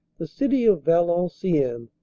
the city of valenciennes,